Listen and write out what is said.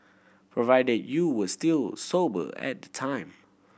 provided you were still sober at the time